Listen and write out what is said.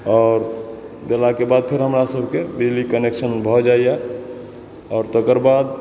आओर देलाके बाद फेर हमरा सबके बिजली कनेक्शन भऽ जाइ यऽ आओर तेकर बाद